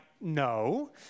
No